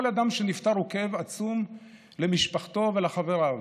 כל אדם שנפטר הוא כאב עצום למשפחתו ולחבריו,